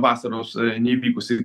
vasaros neįvykusį